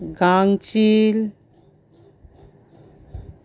গাঙ চিল